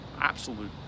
absolute